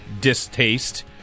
distaste